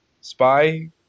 spy